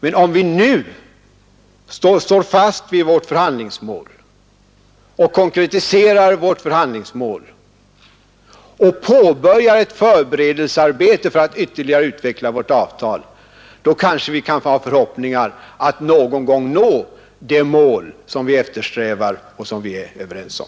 Men om vi nu står fast vid och konkretiserar vårt förhand lingsmål samt påbörjar förberedelsearbetet för att ytterligare utveckla vårt avtal, så kanske vi kan hysa förhoppning om att någon gång nå det mål som vi eftersträvar och är överens om.